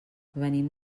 venim